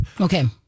Okay